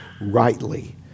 rightly